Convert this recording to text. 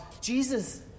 Jesus